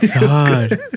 God